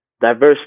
diverse